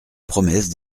promesse